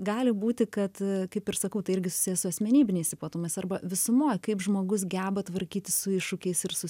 gali būti kad kaip ir sakau tai irgi susiję su asmenybiniais ypatumais arba visumoj kaip žmogus geba tvarkytis su iššūkiais ir su